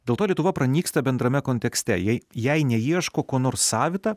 dėl to lietuva pranyksta bendrame kontekste jei jei neieško ko nors savita